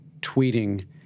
tweeting